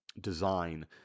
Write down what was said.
design